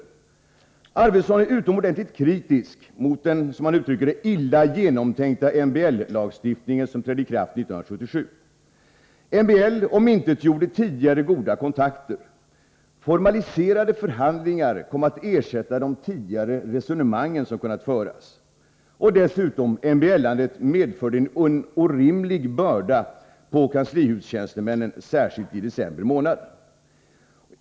Anders Arfwedson är utomordentligt kritisk mot den ”illa genomtänkta MBL-lagstiftning” som trädde i kraft 1977. MBL omintetgjorde tidigare goda kontakter. Formaliserade förhandlingar kom att ersätta de tidigare resonemangen och medförde en orimlig börda på kanslihustjänstemännen, särskilt i december.